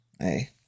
hey